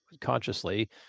consciously